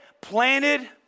Planted